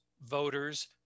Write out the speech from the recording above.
voters